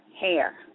hair